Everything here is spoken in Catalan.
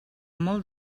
molt